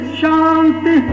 shanti